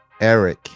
Eric